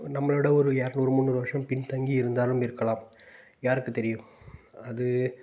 நம்மளோட ஒரு இரனூறு முந்நூறு வருஷம் பின்தங்கி இருந்தாலும் இருக்கலாம் யாருக்கு தெரியும் அது